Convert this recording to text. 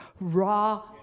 raw